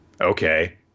Okay